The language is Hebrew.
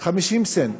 50 סנט,